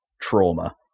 trauma